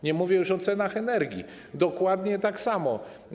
Nie mówię już o cenach energii - dokładnie tak samo.